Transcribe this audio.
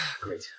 Great